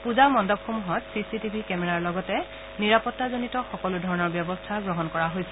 পূজা মণ্ডপসমূহত চিচিটিভি কেমেৰাৰ লগতে নিৰাপত্তাজনিত সকলো ধৰণৰ ব্যৱস্থা গ্ৰহণ কৰা হৈছে